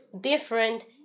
different